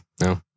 no